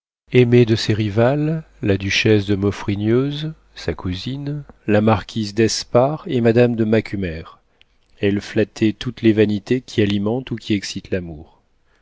aimée de ses rivales la duchesse de maufrigneuse sa cousine la marquise d'espard et madame de macumer elle flattait toutes les vanités qui alimentent ou qui excitent l'amour